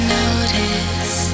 notice